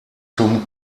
zum